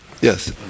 Yes